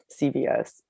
CVS